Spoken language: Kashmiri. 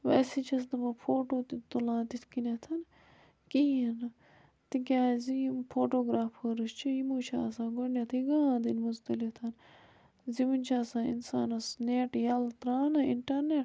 ویسے چھیٚس نہٕ بہٕ فوٹو تہِ تُلان تِتھ کٔنۍ کِہیٖنۍ نہٕ تِکیٛازِ یِم فوٹوگرٛافٲرٕس چھِ یِمو چھِ آسان گۄڈٕنٮ۪تھٕے گانٛد أنۍ مٕژ تُلِتھ زِ وُنہِ چھُ آسان اِنسانَس نیٚٹ یَلہٕ ترٛاونٔے اِنٹَرنیٚٹ